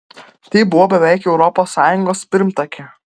tai buvo beveik europos sąjungos pirmtakė